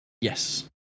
Yes